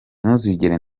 ntuzigere